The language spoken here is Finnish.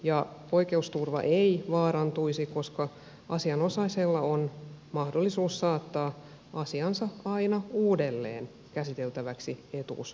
ja oikeusturva ei vaarantuisi koska asianosaisella on mahdollisuus saattaa asiansa aina uudelleen käsiteltäväksi etuuslaitoksessa